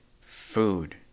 food